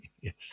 Yes